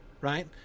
right